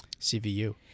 CVU